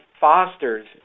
fosters